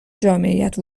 جامعیت